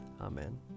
Amen